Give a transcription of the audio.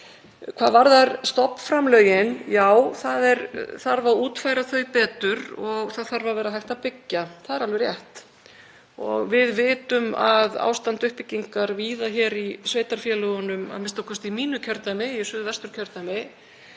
Hvað varðar stofnframlögin, já, það þarf að útfæra þau betur og það þarf að vera hægt að byggja. Það er alveg rétt. Við vitum að ástand uppbyggingar víða í sveitarfélögunum, a.m.k. í mínu kjördæmi, í Suðvesturkjördæmi,